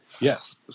yes